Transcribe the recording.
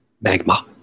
Magma